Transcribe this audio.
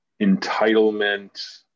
entitlement